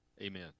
Amen